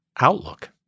outlook